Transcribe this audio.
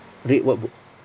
read what book